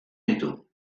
ditu